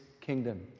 kingdom